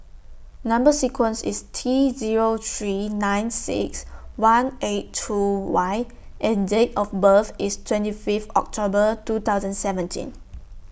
Number sequence IS T Zero three nine six one eight two Y and Date of birth IS twenty Fifth October two thousand seventeen